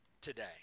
today